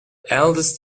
eldest